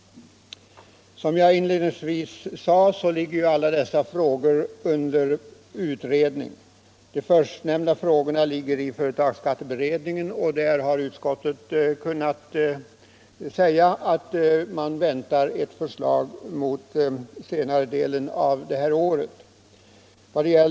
Som jag inledningsvis sade utreds alla dessa frågor. De först nämnda frågorna utreds av företagsskatteberedningen, och utskottet väntar ett förslag under senare delen av detta år.